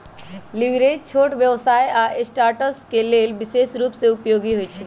leverage छोट व्यवसाय आऽ स्टार्टअप्स के लेल विशेष रूप से उपयोगी होइ छइ